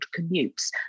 commutes